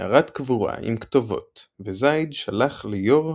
מערת קבורה עם כתובות וזייד שלח ליו"ר